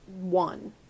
one